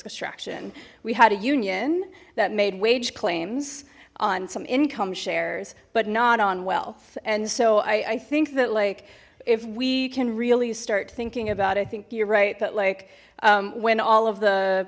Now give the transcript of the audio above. extraction we had a union that made wage claims on some income shares but not on wealth and so i think that like if we can really start thinking about i think you're right that like when all of the